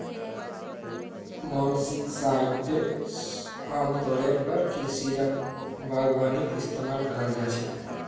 molluscicides आमतौरेर पर कृषि या बागवानीत इस्तमाल कराल जा छेक